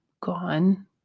gone